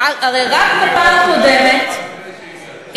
הרי רק בפעם הקודמת התמרמרנו,